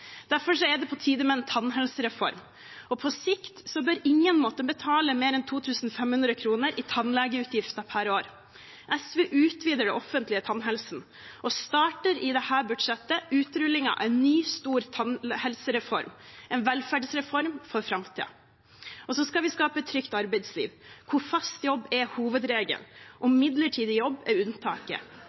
Derfor er det på tide med en tannhelsereform. På sikt bør ingen måtte betale mer enn 2 500 kr i tannlegeutgifter per år. SV utvider den offentlige tannhelsen og starter i dette budsjettet utrullingen av en ny stor tannhelsereform, en velferdsreform for framtiden. Vi skaper et trygt arbeidsliv, hvor fast jobb er hovedregelen, og midlertidig jobb er unntaket.